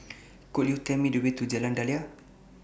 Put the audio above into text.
Could YOU Tell Me The Way to Jalan Daliah